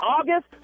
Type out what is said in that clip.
August